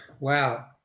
Wow